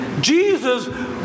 Jesus